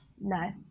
No